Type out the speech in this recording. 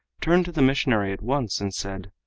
turned to the missionary at once and said,